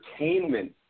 entertainment